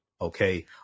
okay